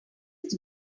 its